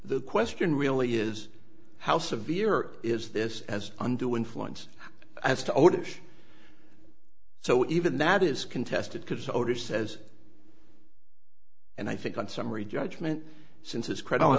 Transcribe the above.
the question really is how severe is this as undue influence as to orders so even that is contested because order says and i think on summary judgment since it's credi